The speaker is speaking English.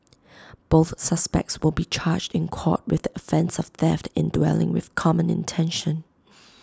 both suspects will be charged in court with the offence of theft in dwelling with common intention